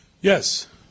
Yes